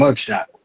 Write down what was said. mugshot